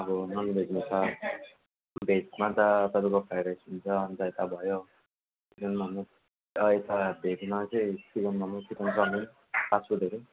अब ननभेजमा छ ननभेजमा त तपाईँको फ्राई राइस हुन्छ अन्त यता भयो चिकन मोमो र यता भेजमा चाहिँ चिकन मोमो चिकन चाउमिन फास्टफुडहरू